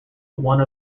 one